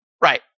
Right